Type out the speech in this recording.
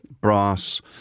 brass